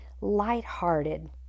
lighthearted